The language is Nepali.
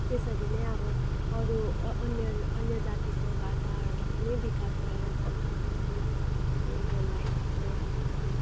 त्यसरी नै अब अरू अन्य अन्य अन्य जातिको भाषाहरूलाई पनि विकास भएर जान्छ त्यसरी बोल्दाखेरि चाहिँ